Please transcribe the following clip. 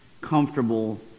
comfortable